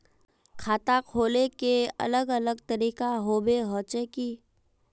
खाता खोले के अलग अलग तरीका होबे होचे की?